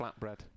flatbread